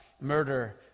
murder